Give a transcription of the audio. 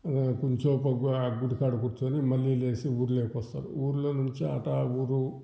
కొంసేపు ఆడ గుడికాడ కూర్చొని మళ్ళీ లేచి ఊళ్ళోకి వస్తారు ఊళ్ళో నుంచి అటా ఊరు